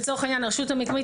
לצורך העניין רשות מקומית,